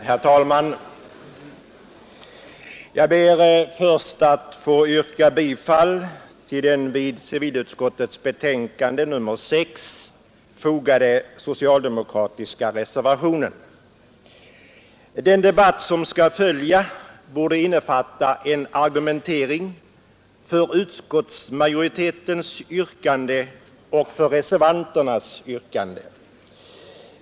Herr talman! Jag ber först att få yrka bifall till den vid civilutskottets betänkande nr 6 fogade socialdemokratiska reservationen. Den debatt som skall följa borde innefatta en argumentering för utskottsmajoritetens yrkande och för reservanternas yrkande.